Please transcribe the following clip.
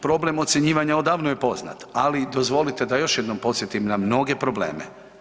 Problem ocjenjivanja odavno je poznat ali dozvolite da još jednom podsjetim na mnoge probleme.